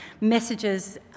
messages